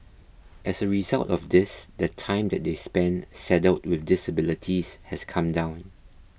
as a result of this the time that they spend saddled with disabilities has come down